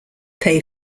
pay